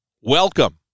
Welcome